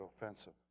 offensive